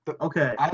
Okay